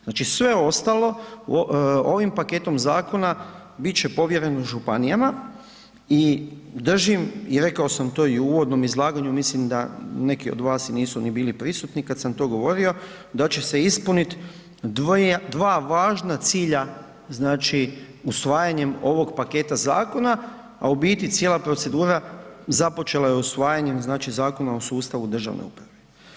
Znači sve ostalo ovim paketom zakona bit će povjeren županijama i držim i rekao sam to i u uvodnom izlaganju, mislim da neki od vas nisu ni bili prisutni kad sam to govorio, da će se ispuniti dva važna cilja usvajanjem ovog paketa zakona a u biti cijela procedura započela je usvajanjem Zakona o sustavu državne uprave.